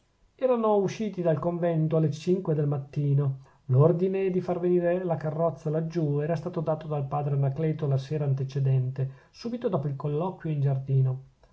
erano usciti dal convento alle cinque del mattino l'ordine di far venire la carrozza laggiù era stato dato dal padre anacleto la sera antecedente subito dopo il colloquio in giardino